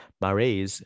Marais